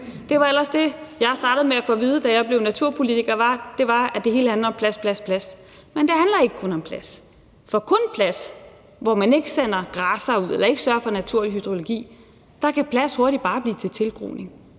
Det var ellers det, jeg startede med at få at vide, da jeg blev naturpolitiker, nemlig at det hele handlede om plads, plads, plads. Men det handler ikke kun om plads, for plads, hvor man ikke sætter græssere ud eller ikke sørger for naturlig hydrologi, kan hurtigt blive til tilgroning,